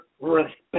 Respect